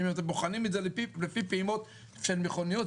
אתם בוחנים את זה לפי פעימות של מכוניות,